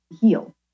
heal